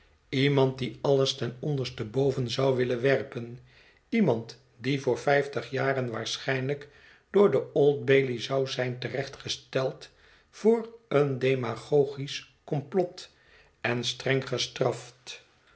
iemand die alles ten onderste boven zou willen werden iemand die voor vijftig jaren waarschijnlijk voor de old bailey zou zijn te recht gesteld voor een